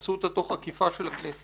עשו אותה תוך עקיפה של הכנסת